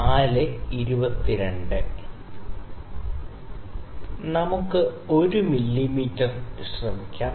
നമുക്ക് 1 മില്ലീമീറ്റർ ശ്രമിക്കാം